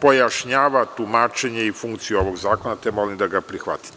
pojašnjava tumačenje i funkciju ovog zakona, te molim da ga prihvatite.